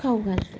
खाऊ घालते